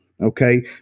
okay